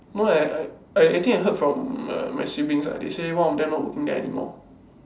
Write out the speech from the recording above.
no I I think I heard from my my siblings ah they say one of them not working there anymore